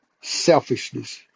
Selfishness